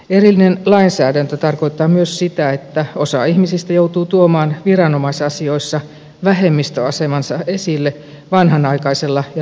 erillinen lainsäädäntö tarkoittaa myös sitä että osa ihmisistä joutuu tuomaan viranomaisasioissa vähemmistöasemansa esille vanhanaikaisella ja leimaavalla tavalla